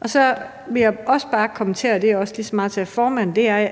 Og så vil jeg også bare sige, og det er også lige så meget til formanden, at